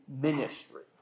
ministry